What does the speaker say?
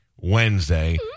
Wednesday